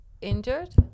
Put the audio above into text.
injured